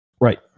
Right